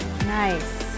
nice